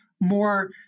more